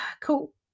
Cool